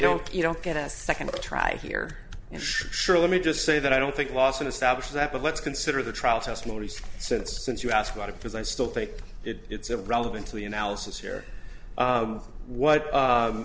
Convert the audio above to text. don't you don't get a second try here and sure let me just say that i don't think lawson established that but let's consider the trial testimony since since you ask about it because i still think it's a relevant to the analysis here what